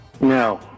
No